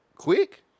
quick